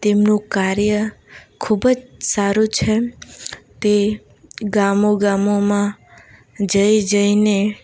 તેમનું કાર્ય ખૂબ જ સારું છે તે ગામોગામોમાં જઈ જઈને